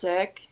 sick